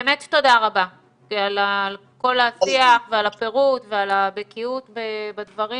באמת תודה רבה על כל השיח ועל הפירוט ועל הבקיאות בדברים.